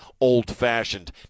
old-fashioned